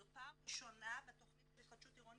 זו פעם ראשונה בתכנית של התחדשות עירונית